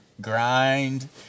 grind